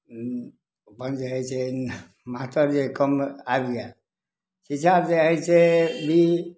ई अपन जे हइ से मास्टर जे हइ कम आबि गेल किताब जे हइ से ई